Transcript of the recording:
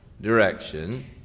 direction